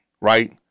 right